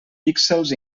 píxels